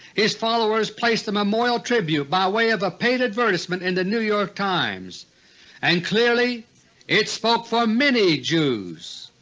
his followers placed a memorial tribute by way of a paid advertisement in the new york times and clearly it spoke for many jews.